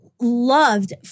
loved